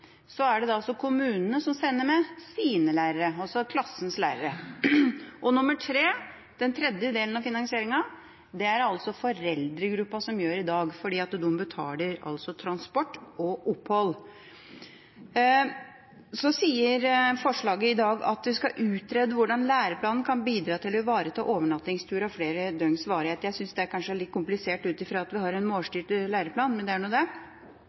dag, for de betaler transport og opphold. Så sies det i forslaget til vedtak i dag at en skal «utrede hvordan læreplanene kan bidra til å ivareta overnattingstur av flere døgns varighet». Jeg synes det kanskje er litt komplisert, ut fra at vi har en målstyrt læreplan – men det er nå det.